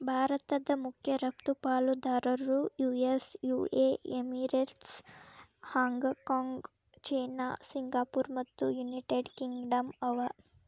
ಭಾರತದ್ ಮಖ್ಯ ರಫ್ತು ಪಾಲುದಾರರು ಯು.ಎಸ್.ಯು.ಎ Emirates, Hong Kong China Singapore ಮತ್ತು ಯುನೈಟೆಡ್ ಕಿಂಗ್ಡಮ್ ಅವ